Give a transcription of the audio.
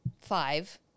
five